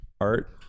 Art